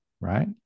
Right